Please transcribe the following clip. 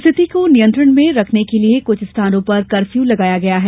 स्थिति को नियंत्रण में करने के लिए कुछ स्थानों पर कर्फयू लगाया गया है